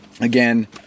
again